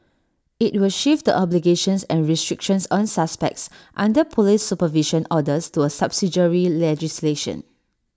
IT will shift obligations and restrictions on suspects under Police supervision orders to A subsidiary legislation